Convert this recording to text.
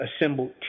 assembled